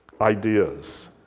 ideas